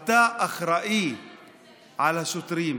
על השוטרים.